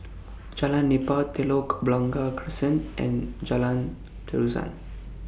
Jalan Nipah Telok Blangah Crescent and Jalan Terusan